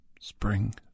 spring